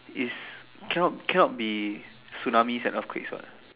is cannot cannot be tsunami and earthquakes what